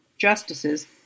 justices